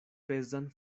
pezan